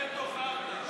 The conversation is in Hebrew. אתם נטו חרטא.